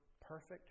perfect